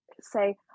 say